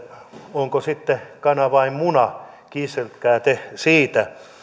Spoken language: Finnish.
onko se sitten kana vai muna kiistelkää te siitä